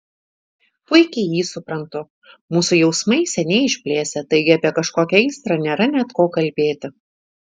puikiai jį suprantu mūsų jausmai seniai išblėsę taigi apie kažkokią aistrą nėra net ko kalbėti